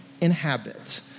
inhabit